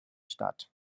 statt